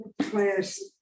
class